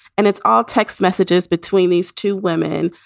and it's all text messages between these two women.